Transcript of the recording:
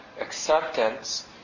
acceptance